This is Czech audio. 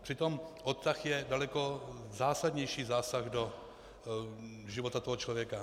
Přitom odtah je daleko zásadnější zásah do života toho člověka.